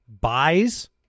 buys